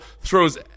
throws